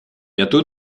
bientôt